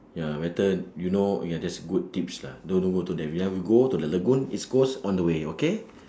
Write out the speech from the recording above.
ya better you know ya that's good tips lah don't don't go to that we ya we go to the lagoon east coast on the way okay